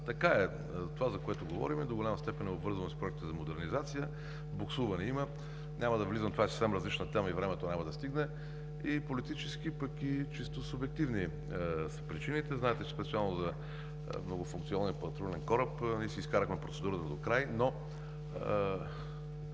така е. Това, за което говорим, до голяма степен е обвързано с проекта за модернизация. Боксуване има. Няма да влизам – това е съвсем различна тема, времето няма да стигне. Политически и чисто субективни са причините. Знаете, специално за многофункционалния патрулен кораб – ние изкарахме процедурата си докрай, но